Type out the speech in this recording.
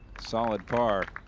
solid par